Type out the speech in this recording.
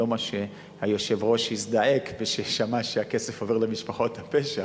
ולא מה שהיושב-ראש הזדעק כששמע שהכסף עובר למשפחות הפשע.